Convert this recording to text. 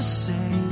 say